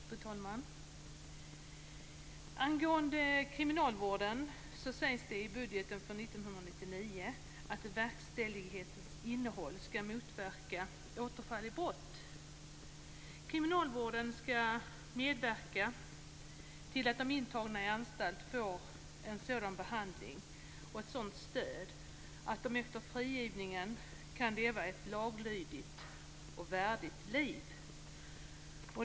Fru talman! Angående kriminalvården sägs det i budgeten för 1999 att verkställighetens innehåll skall motverka återfall i brott. Kriminalvården skall medverka till att de som är intagna på anstalt får en sådan behandling och ett sådant stöd att de efter frigivningen kan leva ett laglydigt och värdigt liv.